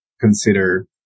consider